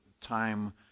time